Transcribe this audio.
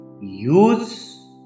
use